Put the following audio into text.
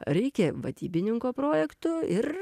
reikia vadybininko projektų ir